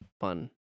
fun